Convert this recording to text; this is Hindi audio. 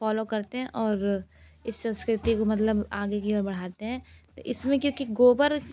फॉलो करते हैं और इस संस्कृति को मतलब आगे की ओर बढ़ाते हैं इसमें क्योंकि गोबर